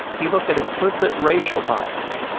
he looked at implicit racial bias.